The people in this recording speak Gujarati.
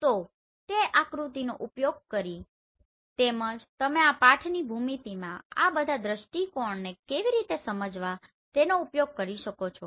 તો તે આકૃતિનો ઉપયોગ કરીને તેમજ તમે આ પાઠની ભૂમિતિમાં આ બધા દૃષ્ટિકોણને કેવી રીતે સમજવા તેનો ઉપયોગ કરી શકો છો